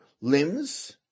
limbs